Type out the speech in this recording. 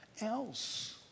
else